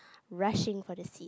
rushing for the seat